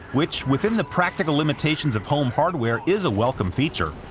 which within the practical limitations of home hardware is a welcome feature,